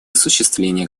осуществлении